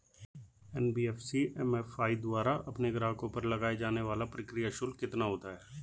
NBFC MFI द्वारा अपने ग्राहकों पर लगाए जाने वाला प्रक्रिया शुल्क कितना होता है?